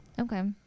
Okay